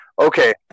Okay